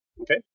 Okay